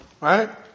right